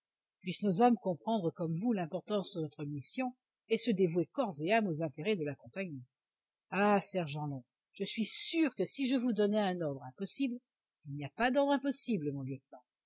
puissent nos hommes comprendre comme vous l'importance de notre mission et se dévouer corps et âme aux intérêts de la compagnie ah sergent long je suis sûr que si je vous donnais un ordre impossible il n'y a pas d'ordres impossibles mon lieutenant